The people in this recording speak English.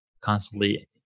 constantly